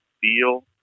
feel